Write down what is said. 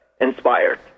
inspired